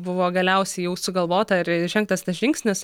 buvo galiausiai jau sugalvota ir žengtas tas žingsnis